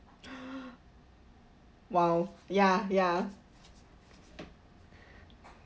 !wow! ya ya